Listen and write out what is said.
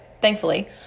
thankfully